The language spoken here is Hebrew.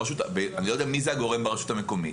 אני לא יודע מי זה הגורם ברשות המקומית